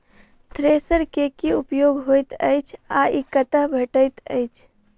Thresher केँ की उपयोग होइत अछि आ ई कतह भेटइत अछि?